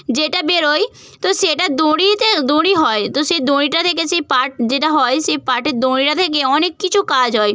যেটা বেরোয় তো সেটা দড়িতে দড়ি হয় তো সেই দড়িটা থেকে সেই পাট যেটা হয় সেই পাটের দড়িটা থেকে অনেক কিছু কাজ হয়